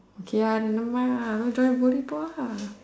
okay uh then nevermind ah don't join volleyball lah